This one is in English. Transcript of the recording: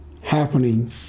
happening